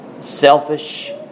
selfish